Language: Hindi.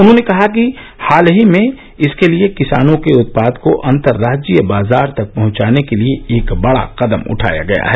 उन्होंने कहा कि हाल ही में इसके लिए किसानों के उत्पाद को अंतर राज्यीय बाजार तक पहंचाने के लिए एक बड़ा कदम उठाया गया है